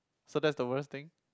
so that's the worst thing